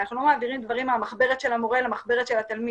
אנחנו לא מעבירים דברים מהמחברת של המורה למחברת של התלמיד.